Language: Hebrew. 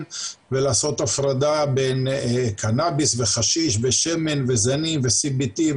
ולעשות הפרדה בין קנאביס וחשיש ושמן וזנים ו-CBT,